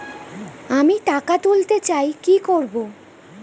আমি টাকা তুলতে চাই কি করব?